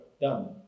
done